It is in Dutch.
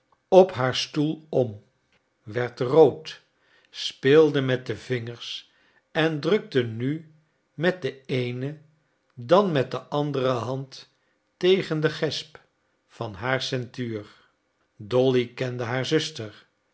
op haar stoel om werd rood speelde met de vingers en drukte nu met de eene dan met de andere hand tegen den gesp van haar ceintuur dolly kende haar zuster